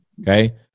Okay